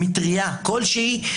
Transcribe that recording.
מטריה כלשהי,